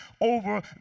over